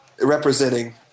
Representing